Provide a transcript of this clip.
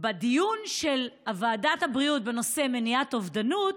בדיון של ועדת הבריאות בנושא מניעת אובדנות